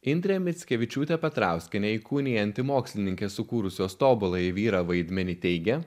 indrė mickevičiūtė petrauskienė įkūnijanti mokslininkės sukūrusios tobuląjį vyrą vaidmenį teigia